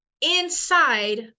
inside